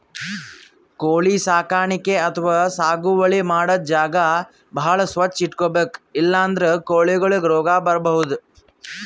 ಕೋಳಿ ಸಾಕಾಣಿಕೆ ಅಥವಾ ಸಾಗುವಳಿ ಮಾಡದ್ದ್ ಜಾಗ ಭಾಳ್ ಸ್ವಚ್ಚ್ ಇಟ್ಕೊಬೇಕ್ ಇಲ್ಲಂದ್ರ ಕೋಳಿಗೊಳಿಗ್ ರೋಗ್ ಬರ್ಬಹುದ್